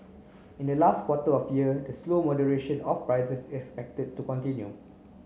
in the last quarter of year the slow moderation of prices is expected to continue